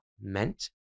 meant